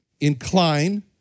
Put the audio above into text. incline